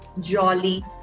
jolly